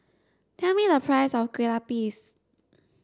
tell me the price of kueh lupis